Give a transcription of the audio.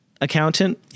accountant